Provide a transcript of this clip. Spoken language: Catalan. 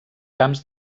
camps